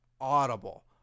Audible